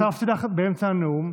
אני הוספתי לך באמצע הנאום,